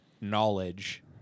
knowledge